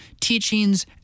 teachings